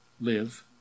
live